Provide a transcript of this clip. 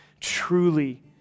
Truly